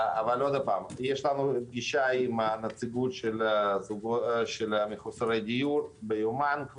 יש לנו פגישה עם הנציגות של מחוסרי הדיור ביומן,